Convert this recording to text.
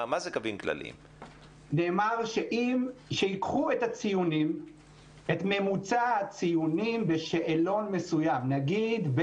נניח שבית הספר בחר במקצוע